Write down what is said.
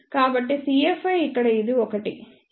కాబట్టి cFi ఇక్కడ ఇది ఒకటి